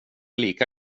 lika